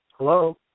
Hello